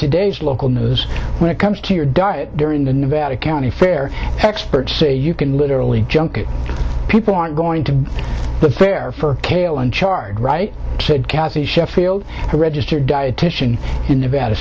today's local news when it comes to your diet during the nevada county fair experts say you can literally junk it people are going to the fair for kale and chard right said kathy sheffield a registered dietitian in